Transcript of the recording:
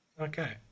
okay